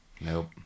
nope